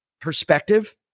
perspective